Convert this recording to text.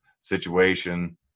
situation